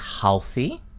healthy